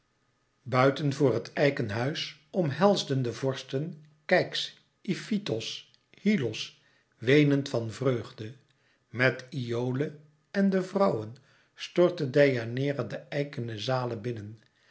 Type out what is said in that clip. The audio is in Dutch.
buiten voor het eiken huis omhelsden de vorsten keyx en ifitos hyllos weenend van vreugde met iole en de vrouwen stortte deianeira de eikene zale binnen